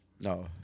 No